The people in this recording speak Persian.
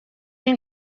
این